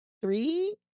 Three